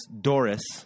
Doris